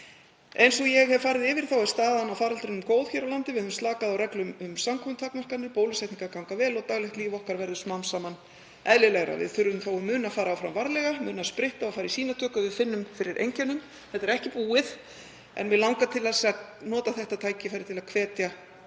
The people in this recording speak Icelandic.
Eins og ég hef farið yfir er staðan á faraldrinum góð hér á landi. Við höfum slakað á reglum um samkomutakmarkanir. Bólusetningar ganga vel og daglegt líf okkar verður smám saman eðlilegra. Við þurfum þó að muna að fara áfram varlega, muna að spritta og fara í sýnatöku ef við finnum fyrir einkennum — þetta er ekki búið. En mig langar til að nota þetta tækifæri til að hvetja